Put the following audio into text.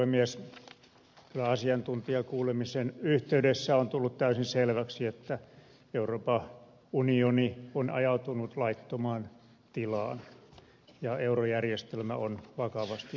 kyllä asiantuntijakuulemisen yhteydessä on tullut täysin selväksi että euroopan unioni on ajautunut laittomaan tilaan ja eurojärjestelmä on vakavasti uhanalaisena